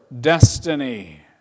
destiny